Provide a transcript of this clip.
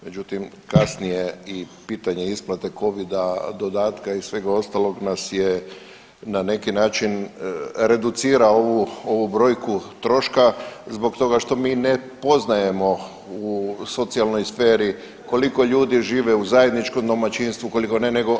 Međutim, kasnije i pitanje isplate covid dodatka i svega ostalog nas je na neki način reducira ovu brojku troška zbog toga što mi ne poznajemo u socijalnoj sferi koliko ljudi žive u zajedničkom domaćinstvu, koliko ne.